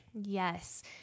Yes